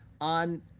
on